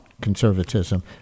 Conservatism